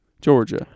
Georgia